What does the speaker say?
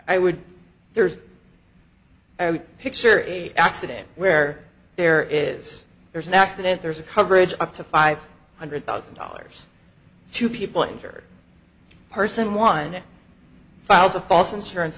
i would there's i picture it accident where there is there's an accident there's a coverage up to five hundred thousand dollars two people injured person one files a false insurance